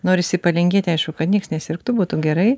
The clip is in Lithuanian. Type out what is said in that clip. norisi palinkėti aišku kad niekas nesirgtų būtų gerai